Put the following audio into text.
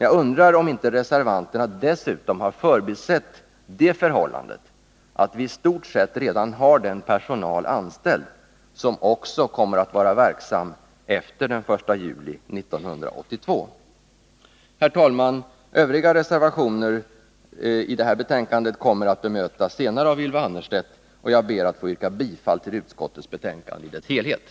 Jag undrar om inte reservanterna dessutom har förbisett det förhållandet att vi i stort sett redan har den personal anställd som också kommer att vara verksam efter den 1 juli 1982. Herr talman! Övriga reservationer som är fogade till betänkandet kommer senare att bemötas av Ylva Annerstedt, och jag ber att få yrka bifall till utskottets hemställan på samtliga punkter.